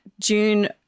June